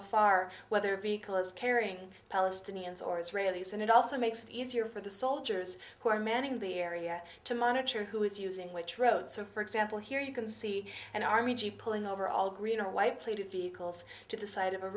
afar whether a vehicle is carrying palestinians or israelis and it also makes it easier for the soldiers who are manning the area to monitor who is using which road so for example here you can see an army jeep pulling over all green or white plated vehicles to the side of a